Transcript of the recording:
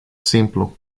simplu